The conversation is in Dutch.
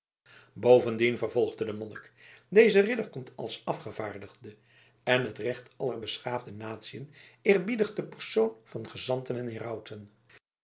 bovendien vervolgde de monnik deze ridder komt als afgevaardigde en het recht aller beschaafde natiën eerbiedigt de personen van gezanten en